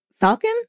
Falcon